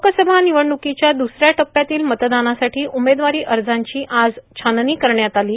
लोकसभा ांनवडणुकांच्या दुसऱ्या टप्प्यातील मतदानासाठी उमेदवारी अजाची आज छाननी करण्यात आलो